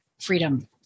freedom